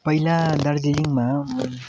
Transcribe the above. पहिला दार्जिलिङमा म